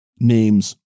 names